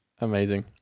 Amazing